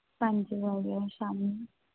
पंज बजे शामीं